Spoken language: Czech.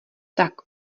tak